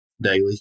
daily